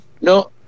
No